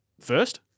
first